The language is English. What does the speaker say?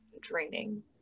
draining